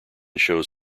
shows